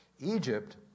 Egypt